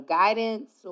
guidance